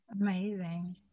Amazing